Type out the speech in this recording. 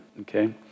Okay